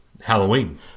Halloween